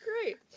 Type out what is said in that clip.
great